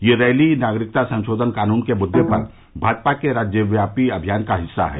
यह रैली नागरिकता संशोधन कानून के मुद्दे पर भाजपा के राज्यव्यापी अभियान एक हिस्सा है